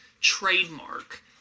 trademark